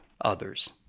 others